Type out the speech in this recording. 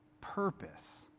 purpose